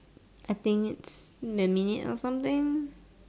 I think it's in a minute or something